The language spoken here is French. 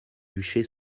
duché